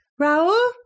Raul